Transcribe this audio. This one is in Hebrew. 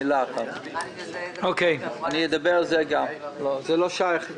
זה לא שייך.